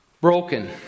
broken